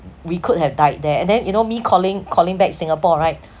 we could have died there and then you know me calling calling back singapore right